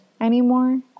anymore